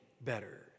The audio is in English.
better